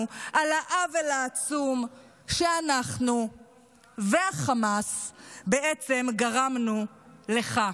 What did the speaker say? על העוול העצום שאנחנו וחמאס בעצם גרמנו לך.